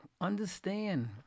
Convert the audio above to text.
Understand